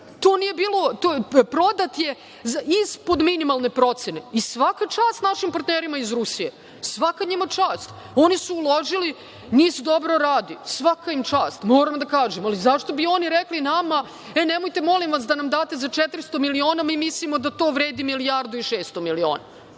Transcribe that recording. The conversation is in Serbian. procena NIS-a. Prodat je NIS pod minimalnoj proceni. I, svaka čast našim partnerima iz Rusije. Svaka njima čast, oni su uložili, NIS dobro radi. Svaka im čast, moram da kažem, ali zašto bi oni rekli nama – e, nemojte molim vas da nam date za 400 miliona, mi mislimo da to vredi milijardu i 600 miliona.